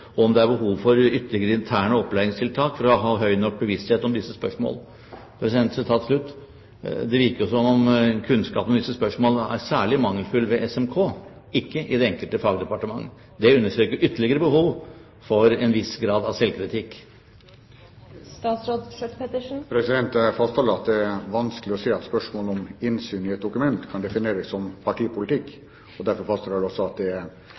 og om det er behov for ytterligere interne opplæringstiltak for å ha høy nok bevissthet om disse spørsmålene.» Det virker som om kunnskapen om disse spørsmålene er særlig mangelfull ved SMK, ikke i det enkelte fagdepartement. Det understreker ytterligere behov for en viss grad av selvkritikk. Jeg fastholder at det er vanskelig å se at spørsmålet om innsyn i et dokument kan defineres som partipolitikk. Derfor fastholder jeg også at det det omtalte brevet med retningslinjer omhandler, er